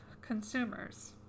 consumers